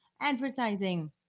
advertising